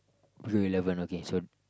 blue eleven okay so